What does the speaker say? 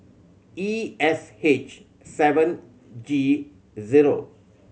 E S H seven G zero